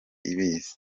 ibizi